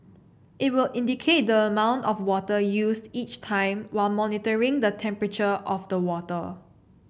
it will indicate the amount of water used each time while monitoring the temperature of the water